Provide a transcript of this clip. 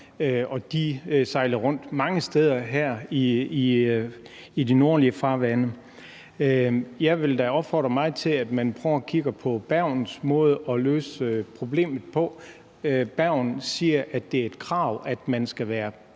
De sejler rundt mange steder her i de nordlige farvande, og jeg vil da opfordre meget til, at man prøver at kigge på Bergens måde at løse problemet på. I Bergen siger man, at det er et krav, at man skal være på